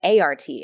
ART